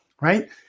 right